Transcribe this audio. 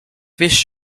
wish